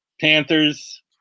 Panthers